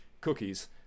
cookies